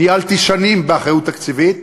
ניהלתי שנים באחריות תקציבית.